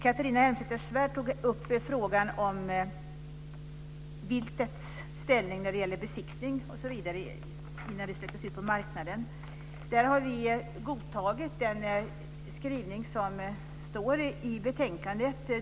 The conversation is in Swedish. Catharina Elmsäter-Svärd tog upp frågan om besiktning av vilt innan det släpps ut på marknaden. Där har vi godtagit den skrivning som finns i betänkandet.